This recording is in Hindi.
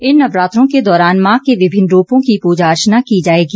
इन नवरात्रों के दौरान मां के विभिन्न रूपों की पूजा अर्चना की जाएगी